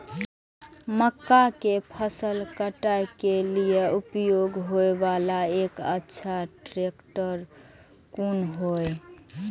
मक्का के फसल काटय के लिए उपयोग होय वाला एक अच्छा ट्रैक्टर कोन हय?